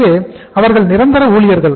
எனவே அவர்கள் நிரந்தர ஊழியர்கள்